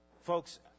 Folks